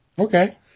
Okay